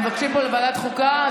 מבקשים פה לוועדת חוקה,